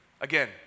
Again